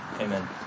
amen